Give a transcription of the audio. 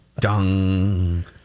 Dung